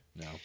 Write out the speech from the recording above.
No